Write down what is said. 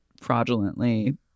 fraudulently